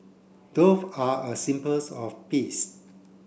dove are a symbols of peace